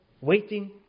waiting